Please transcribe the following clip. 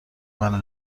منو